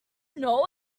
know